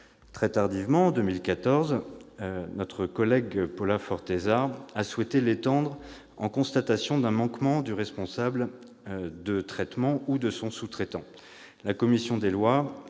très tardivement, en 2014. Notre collègue députée Paula Forteza a souhaité en étendre le champ en constatation d'un manquement du responsable de traitement ou de son sous-traitant.